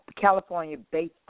California-based